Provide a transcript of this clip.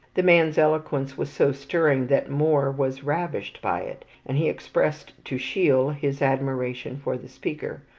the man's eloquence was so stirring that moore was ravished by it, and he expressed to sheil his admiration for the speaker.